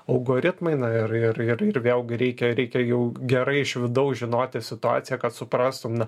algoritmai na ir ir ir ir vėl reikia reikia jau gerai iš vidaus žinoti situaciją kad suprastum na